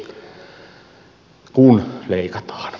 kun leikataan